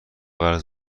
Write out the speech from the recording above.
قرض